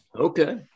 okay